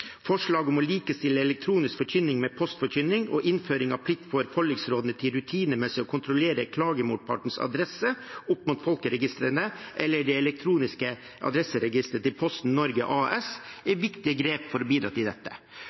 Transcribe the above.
Forslag om å likestille elektronisk forkynning med postforkynning og innføring av plikt for forliksrådene til rutinemessig å kontrollere klagemotpartens adresse opp mot folkeregisteret eller det elektroniske adresseregisteret til Posten Norge AS er viktige grep for å bidra til dette.